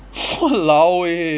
!walao! eh